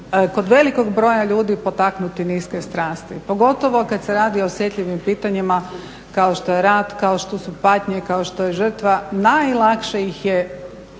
kod velikog broja ljudi potaknuti niske strasti pogotovo kad se radi o osjetljivim pitanjima kao što je rad, kao što su patnje, kao što je žrtva. Najlakše ih je